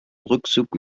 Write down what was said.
rückzug